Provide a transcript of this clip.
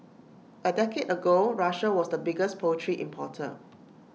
A decade ago Russia was the biggest poultry importer